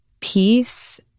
peace